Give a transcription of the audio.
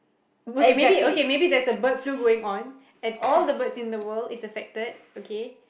okay maybe okay maybe there's a bird flu going on and all the birds in the world is affected okay